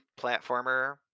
platformer